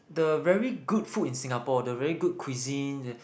the very good food in Singapore the very good cuisine